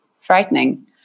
frightening